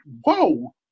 Whoa